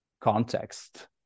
context